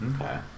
Okay